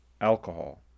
alcohol